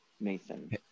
Nathan